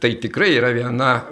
tai tikrai yra viena